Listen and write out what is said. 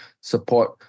support